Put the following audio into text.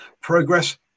progress